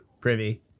privy